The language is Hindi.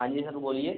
हाँ जी सर बोलिए